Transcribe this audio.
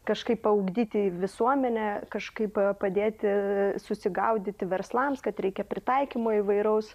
kažkaip paugdyti visuomenę kažkaip padėti susigaudyti verslams kad reikia pritaikymo įvairaus